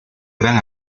gran